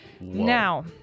Now